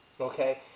Okay